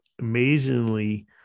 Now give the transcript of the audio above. amazingly